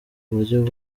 buryo